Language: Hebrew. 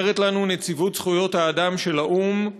אומרת לנו נציבות זכויות האדם של האו"ם,